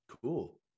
cool